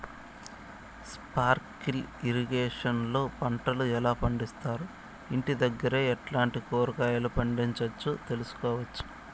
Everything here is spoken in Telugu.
స్పార్కిల్ ఇరిగేషన్ లో పంటలు ఎలా పండిస్తారు, ఇంటి దగ్గరే ఎట్లాంటి కూరగాయలు పండించు తెలుసుకోవచ్చు?